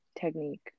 technique